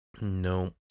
No